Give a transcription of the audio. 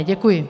Děkuji.